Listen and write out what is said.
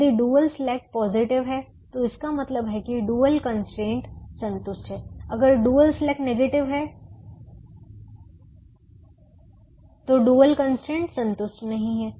यदि dual slack positive है तो इसका मतलब है कि डुअल कंस्ट्रेंट संतुष्ट है अगर डुअल स्लेक नेगेटिव है तो संतुष्ट नहीं है